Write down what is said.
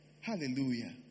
Hallelujah